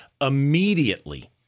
immediately